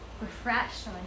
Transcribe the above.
Refreshed